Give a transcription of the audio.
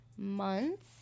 Months